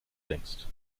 denkst